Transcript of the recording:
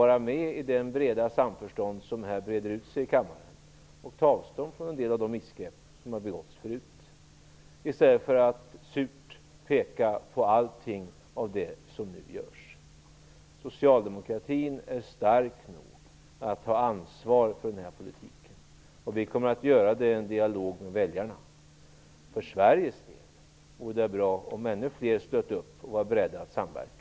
Var med i det breda samförstånd som breder ut sig här i kammaren och ta avstånd från en del av de missgrepp som har begåtts förut i stället för att surt peka på allt det som nu görs. Socialdemokratin är stark nog att ta ansvar för den här politiken, och vi kommer att göra det i en dialog med väljarna. För Sveriges del vore det bra om ännu fler ställde upp och var beredda att samverka.